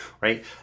right